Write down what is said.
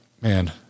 man